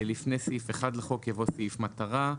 לפני סעיף 1 לחוק יבוא סעיף מטרה,